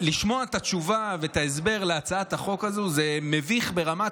לשמוע את התשובה ואת ההסבר להצעת החוק הזו זה מביך ברמת,